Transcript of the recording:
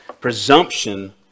Presumption